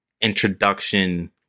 introduction